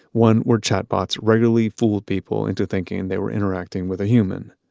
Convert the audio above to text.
one where chatbots regularly fooled people into thinking they were interacting with a human.